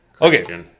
Okay